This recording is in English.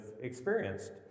experienced